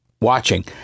watching